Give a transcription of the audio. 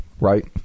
right